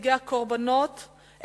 נציגי הקורבנות,